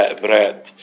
bread